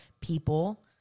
people